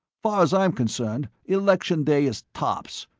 far as i'm concerned, election day is tops.